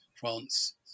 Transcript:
France